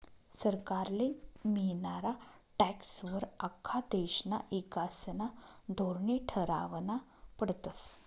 सरकारले मियनारा टॅक्सं वर आख्खा देशना ईकासना धोरने ठरावना पडतस